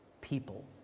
people